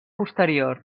posterior